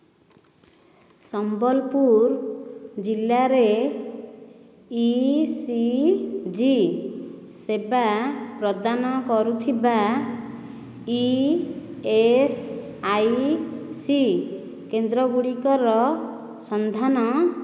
ସମ୍ବଲପୁର ଜିଲ୍ଲାରେ E C G ସେବା ପ୍ରଦାନ କରୁଥିବା ଇ ଏସ୍ ଆଇ ସି କେନ୍ଦ୍ରଗୁଡ଼ିକର ସନ୍ଧାନ କର